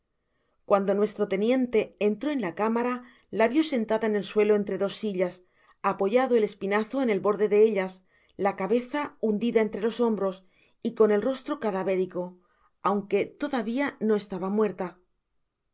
cuando nuestro teniente entró ea la cámara la vió sentada en el suelo entre dos sillas apoyado el espinazo en el borde de ellas la cabeza hundida entre los hombros y con el rostro cadavérico aunque toda ia no estaba muerta